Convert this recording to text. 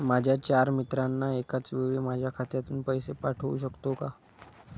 माझ्या चार मित्रांना एकाचवेळी माझ्या खात्यातून पैसे पाठवू शकतो का?